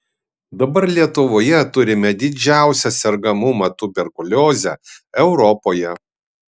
dabar lietuvoje turime didžiausią sergamumą tuberkulioze europoje